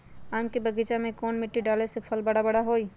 आम के बगीचा में कौन मिट्टी डाले से फल बारा बारा होई?